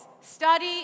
study